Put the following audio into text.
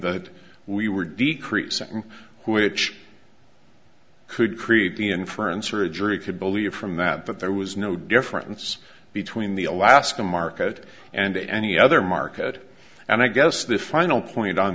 that we were decreasing who which could create the inference or a jury could believe from that that there was no difference between the alaskan market and any other market and i guess the final point on